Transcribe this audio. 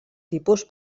tipus